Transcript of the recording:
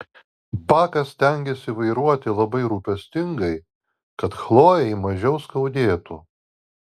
bakas stengėsi vairuoti labai rūpestingai kad chlojei mažiau skaudėtų